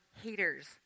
haters